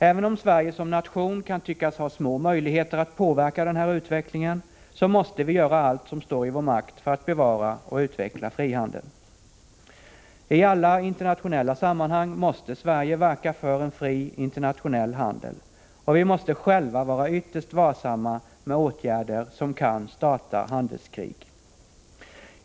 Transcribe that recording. Även om Sverige som nation kan tyckas ha små möjligheter att påverka den här utvecklingen så måste vi göra allt som står i vår makt för att bevara och utveckla frihandeln. I alla internationella sammanhang måste Sverige verka för en fri, internationell handel. Och vi måste själva vara ytterst varsamma med åtgärder som kan starta handelskrig!